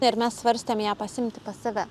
ir mes svarstėm ją pasiimti pas save